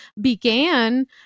began